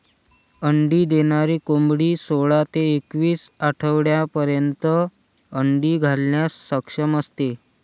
अंडी देणारी कोंबडी सोळा ते एकवीस आठवड्यांपर्यंत अंडी घालण्यास सक्षम असते